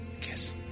kiss